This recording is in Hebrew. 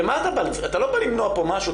אתה לא בא למנוע פה משהו,